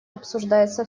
обсуждается